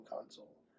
console